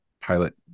pilot